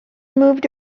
moved